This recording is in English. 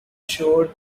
showed